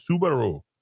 Subaru